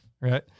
right